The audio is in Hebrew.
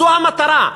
זו המטרה.